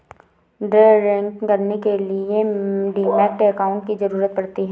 day trading करने के लिए डीमैट अकांउट की जरूरत पड़ती है